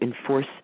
enforce